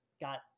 got